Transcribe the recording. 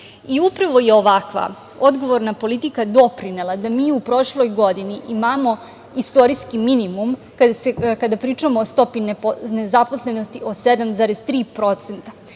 zemlje. Upravo je ovakva odgovorna politika doprinela da mi u prošloj godini imamo istorijski minimum kada pričamo o stopi nezaposlenosti o 7,3%.